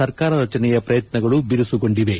ಸರ್ಕಾರ ರಚನೆಯ ಪ್ರಯತ್ನಗಳು ಬಿರುಸುಗೊಂಡಿವೆ